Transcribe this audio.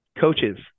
coaches